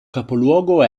capoluogo